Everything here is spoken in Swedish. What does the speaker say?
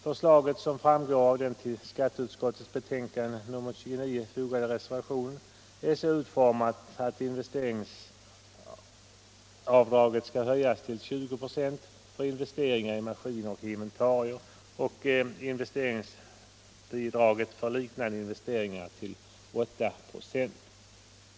Förslaget, som framgår av den till skatteutskottets betänkande nr 29 fogade reservationen, är så utformat att investeringsavdraget skall höjas till 20 "+ och att investeringsbidraget för liknande investeringar skall höjas till 8 ”..